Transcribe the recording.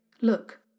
Look